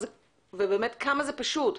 וכמה זה פשוט.